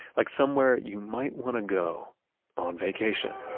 like somewhere you might want to go on vacation.